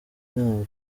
ntabwo